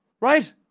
right